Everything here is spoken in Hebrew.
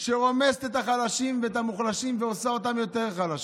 שרומסת את החלשים ואת המוחלשים ועושה אותם יותר חלשים.